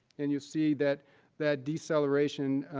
and you see that that deceleration